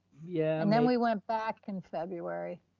yeah and then we went back in february.